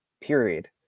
period